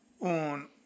on